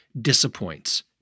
disappoints